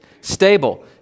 stable